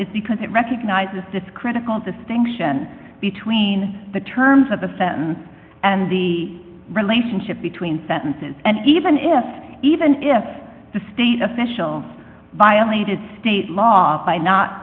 is because it recognizes this critical distinction between the terms of the sentence and the relationship between sentences and even if even if the state officials violated state law by not